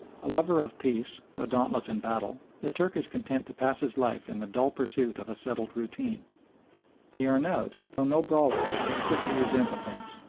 a lover of peace, though dauntless in battle, the turk is content to pass his life in the dull pursuit of a settled routine the arnaout, though no brawler, is quick to resent offence,